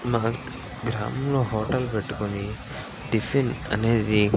మా గ్రామంలో హోటల్ పెట్టుకోని టిఫిన్ అనేది